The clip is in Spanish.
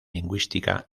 lingüística